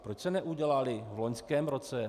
Proč se neudělaly v loňském roce?